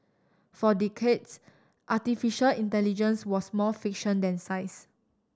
for decades artificial intelligence was more fiction than science